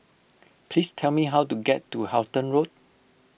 please tell me how to get to Halton Road